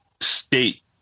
state